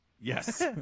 Yes